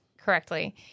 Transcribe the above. correctly